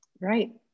Right